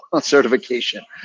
certification